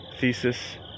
Thesis